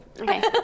Okay